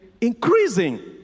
increasing